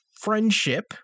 friendship